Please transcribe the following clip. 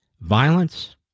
violence